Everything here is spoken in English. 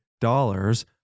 dollars